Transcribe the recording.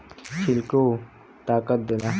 छिलको ताकत देला